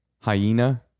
hyena